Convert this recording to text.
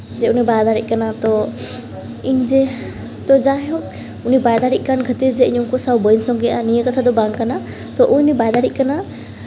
ᱡᱮ ᱩᱱᱤ ᱵᱟᱭ ᱫᱟᱲᱮᱜ ᱠᱟᱱᱟ ᱛᱳ ᱤᱧ ᱡᱮ ᱛᱳ ᱡᱟᱭᱦᱳᱠ ᱩᱱᱤ ᱵᱟᱭ ᱫᱟᱲᱮᱜ ᱠᱟᱱ ᱠᱷᱟᱹᱛᱤᱨ ᱡᱮ ᱤᱧ ᱩᱱᱠᱩ ᱥᱟᱶ ᱵᱟᱹᱧ ᱥᱚᱸᱜᱮᱜᱼᱟ ᱱᱤᱭᱟᱹ ᱠᱟᱛᱷᱟ ᱫᱚ ᱵᱟᱝ ᱠᱟᱱᱟ ᱛᱳ ᱩᱱᱤ ᱵᱟᱭ ᱫᱟᱲᱮᱜ ᱠᱟᱱᱟ